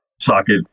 socket